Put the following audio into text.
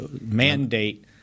mandate